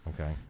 Okay